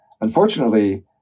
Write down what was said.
Unfortunately